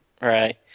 Right